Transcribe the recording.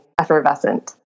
effervescent